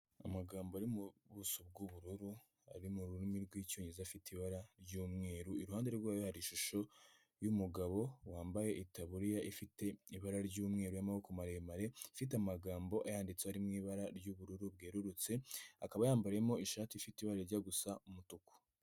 Amagambo ari mu buso bw'ubururu, ari mu rurimi rw'icyongereza afite ibara ry'umweru, iruhande rwayo hari ishusho y'umugabo wambaye itaburiya ifite ibara ry'umweru, y'amaboko maremare, ufite amagambo ayanditseho ari mu ibara ry'ubururu bwerurutse, akaba yambayemo ishati ifite ibara rijya gusa umutuku.